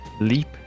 leap